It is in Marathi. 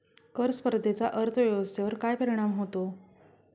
कर स्पर्धेचा अर्थव्यवस्थेवर काय परिणाम होतो?